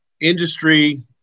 industry